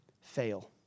Fail